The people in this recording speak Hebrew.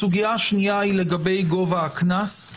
הסוגיה השנייה היא לגבי גובה הקנס.